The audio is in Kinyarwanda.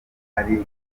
ari